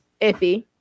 iffy